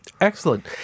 Excellent